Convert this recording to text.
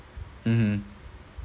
mmhmm